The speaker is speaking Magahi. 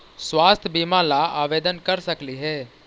स्वास्थ्य बीमा ला आवेदन कर सकली हे?